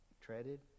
treaded